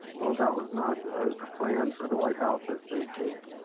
that was not the plan for the white house as they came.